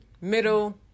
middle